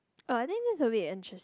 uh I think this is a bit interes~